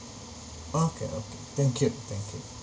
okay okay thank you thank you